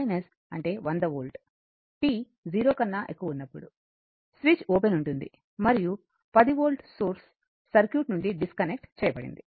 t 0 కన్నా ఎక్కువ ఉన్నప్పుడు స్విచ్ ఓపెన్ ఉంటుంది మరియు 10 వోల్ట్ సోర్స్ సర్క్యూట్ నుండి డిస్కనెక్ట్ చేయబడింది